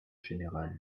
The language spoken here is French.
général